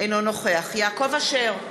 אינו נוכח יעקב אשר,